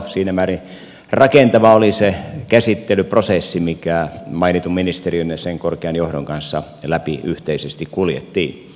siinä määrin rakentava oli se käsittelyprosessi mikä mainitun ministeriön ja sen korkean johdon kanssa läpi yhteisesti kuljettiin